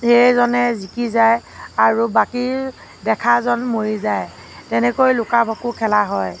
সেইজনে জিকি যায় আৰু বাকী দেখাজন মৰি যায় তেনেকৈ লুকা ভাকু খেলা হয়